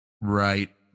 Right